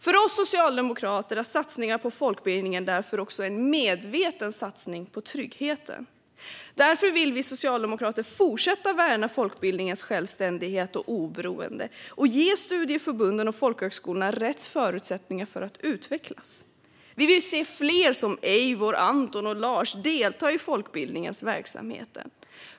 För oss socialdemokrater är satsningar på folkbildningen därför också en medveten satsning på tryggheten. Därför vill vi socialdemokrater fortsätta att värna folkbildningens självständighet och oberoende och ge studieförbunden och folkhögskolorna rätt förutsättningar för att utvecklas. Vi vill se fler som Eivor, Anton och Lars delta i folkbildningens verksamheter.